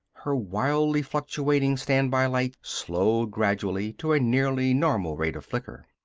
her wildly fluctuating standby light slowed gradually to a nearly normal rate of flicker.